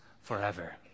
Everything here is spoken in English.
forever